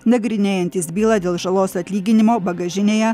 nagrinėjantis bylą dėl žalos atlyginimo bagažinėje